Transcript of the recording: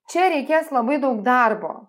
čia reikės labai daug darbo